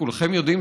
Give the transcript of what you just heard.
כולכם יודעים,